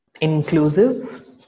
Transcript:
inclusive